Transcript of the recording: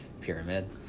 pyramid